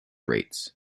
rates